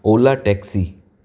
ola taxi